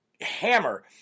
Hammer